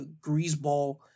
greaseball